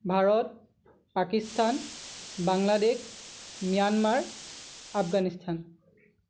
Bharat Pakistan Bangladesh Myanmar Afghanistan